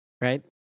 right